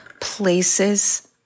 places